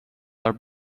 are